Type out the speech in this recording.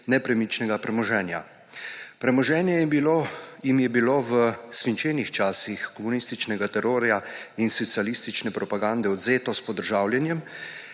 nepremičnega premoženja. Premoženje jim je bilo v svinčenih časih komunističnega terorja in socialistične propagande odvzeto s podržavljenjem,